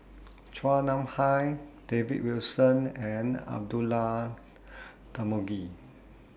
Chua Nam Hai David Wilson and Abdullah Tarmugi